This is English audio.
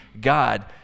God